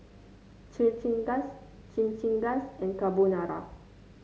Chimichangas Chimichangas and Carbonara